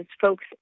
folks